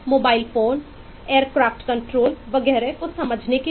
mobile phone aircraft control वगैरह को समझने के लिए